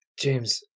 James